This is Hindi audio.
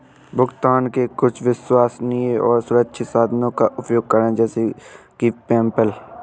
भुगतान के कुछ विश्वसनीय और सुरक्षित साधनों का उपयोग करें जैसे कि पेपैल